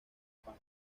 pan